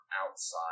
outside